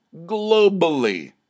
globally